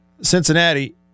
Cincinnati